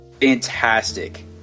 fantastic